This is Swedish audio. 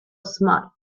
smart